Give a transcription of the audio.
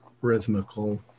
rhythmical